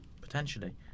Potentially